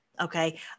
okay